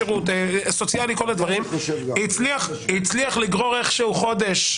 שירות סוציאלי וכולי - הצליח לגרור איכשהו חודש,